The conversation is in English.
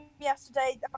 yesterday